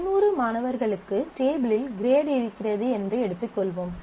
200 மாணவர்களுக்கு டேபிள் இல் கிரேடு இருக்கிறது என்று எடுத்துக் கொள்வோம்